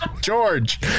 George